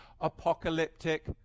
apocalyptic